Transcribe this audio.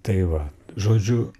tai va žodžiu